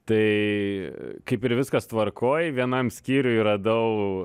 tai kaip ir viskas tvarkoj vienam skyriuj radau